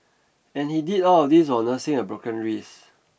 and he did all of this while nursing a broken wrist